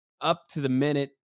up-to-the-minute